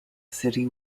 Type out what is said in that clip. city